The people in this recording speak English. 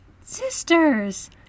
Sisters